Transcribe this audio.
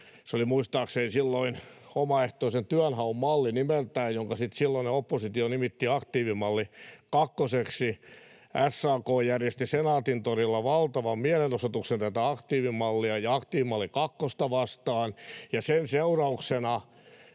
se oli muistaakseni silloin nimeltään omaehtoisen työnhaun malli, ja sitten silloinen oppositio nimitti sen aktiivimalli kakkoseksi — niin SAK järjesti Senaatintorilla valtavan mielenosoituksen tätä aktiivimallia ja aktiivimalli kakkosta vastaan, ja sen seurauksena